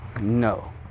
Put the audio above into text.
No